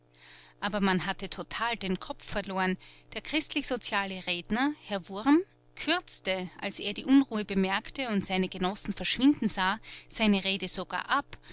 aber man hatte total den kopf verloren der christlichsoziale redner herr wurm kürzte als er die unruhe bemerkte und seine genossen verschwinden sah seine rede sogar ab